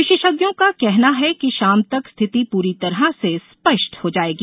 विशेषज्ञों का कहना है कि शाम तक स्थिति पूरी तरह से स्पष्ट हो जाएगी